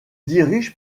dirige